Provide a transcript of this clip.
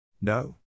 No